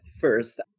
first